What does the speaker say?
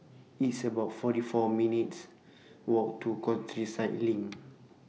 It's about forty four minutes' Walk to Countryside LINK